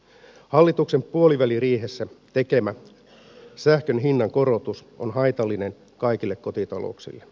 hallituksen puoliväliriihessä tekemä sähkön hinnan korotus on haitallinen kaikille kotitalouksille